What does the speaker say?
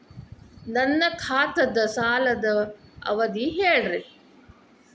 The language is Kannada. ನನ್ನ ಖಾತಾದ್ದ ಸಾಲದ್ ಅವಧಿ ಹೇಳ್ರಿ